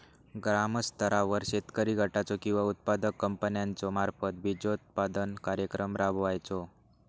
ग्रामस्तरावर शेतकरी गटाचो किंवा उत्पादक कंपन्याचो मार्फत बिजोत्पादन कार्यक्रम राबायचो?